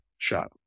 shot